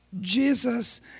Jesus